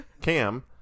cam